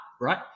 right